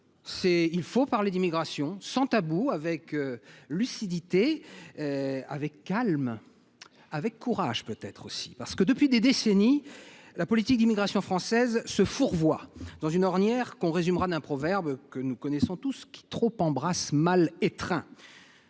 de parler d’immigration sans tabou, avec lucidité, calme, et courage peut être aussi. Depuis des décennies, la politique d’immigration française se fourvoie dans une ornière que l’on résumera d’un proverbe que nous connaissons tous : qui trop embrasse mal étreint.